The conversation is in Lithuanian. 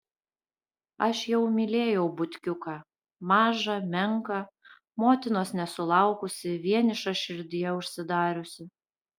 aš jau mylėjau butkiuką mažą menką motinos nesulaukusį vienišą širdyje užsidariusį